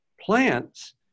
Plants